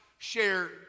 share